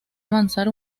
avanzar